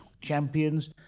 champions